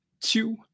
Two